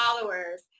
followers